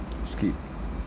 skip